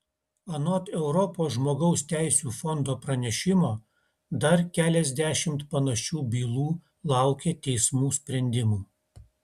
anot europos žmogaus teisių fondo pranešimo dar keliasdešimt panašių bylų laukia teismų sprendimų